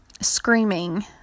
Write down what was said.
screaming